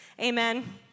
Amen